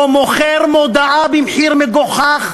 או מוכר מודעה במחיר מגוחך,